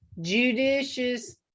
judicious